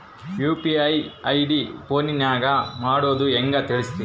UPI ID ಫೋನಿನಾಗ ಮಾಡೋದು ಹೆಂಗ ತಿಳಿಸ್ರಿ?